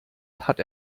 hat